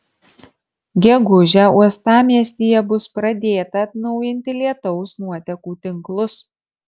gegužę uostamiestyje bus pradėta atnaujinti lietaus nuotekų tinklus